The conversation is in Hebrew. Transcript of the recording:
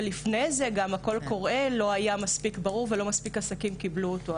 ולפני זה גם הקול הקורא לא היה מספיק ברור ולא מספיק עסקים קיבלו אותו.